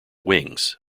wings